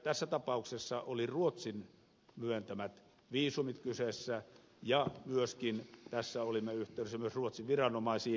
tässä tapauksessa oli ruotsin myöntämät viisumit kyseessä ja olimme myöskin tässä asiassa yhteydessä ruotsin viranomaisiin